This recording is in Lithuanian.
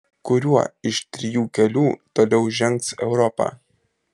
kuriuo iš trijų kelių toliau žengs europa